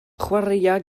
chwaraea